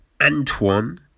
Antoine